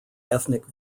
ethnic